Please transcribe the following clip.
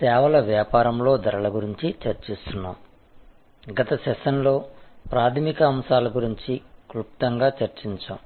సేవల వ్యాపారంలో ధరల గురించి చర్చిస్తున్నాము గత సెషన్ లో ప్రాథమిక అంశాల గురించి క్లుప్తంగా చర్చించాము